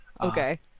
Okay